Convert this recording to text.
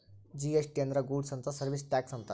GST ಅಂದ್ರ goods and service tax ಅಂತ